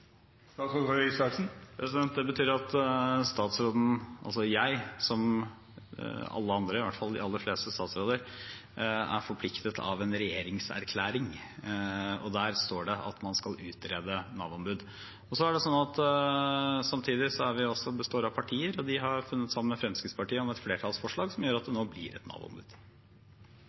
Det betyr at statsråden, altså jeg, som alle andre – i hvert fall de aller fleste – statsråder, er forpliktet av en regjeringsplattform, og der står det at man skal utrede Nav-ombud. Samtidig er det sånn at vi består av partier, og de har funnet sammen med Fremskrittspartiet om et flertallsforslag som gjør at det nå blir et